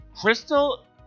Crystal